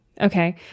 Okay